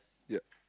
yup